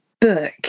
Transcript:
book